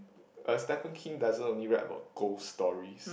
uh Stephen-King doesn't only write about ghost stories